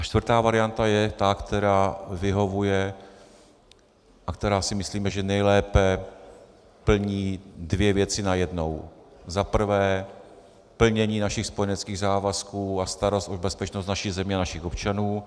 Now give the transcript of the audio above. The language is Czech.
Čtvrtá varianta je ta, která vyhovuje a která si myslíme, že nejlépe plní dvě věci najednou: za prvé plnění našich spojeneckých závazků a starost o bezpečnost naší země a našich občanů;